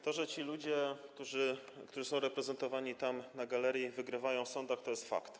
To, że ci ludzie, którzy są reprezentowani tam, na galerii, wygrywają w sądach, to jest fakt.